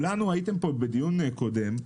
הייתם פה בדיון קודם,